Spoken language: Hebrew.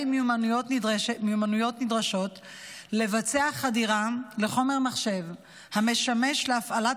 מיומנויות נדרשות לבצע חדירה לחומר מחשב המשמש להפעלת